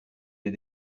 les